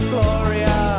Gloria